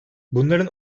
bunların